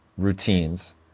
Routines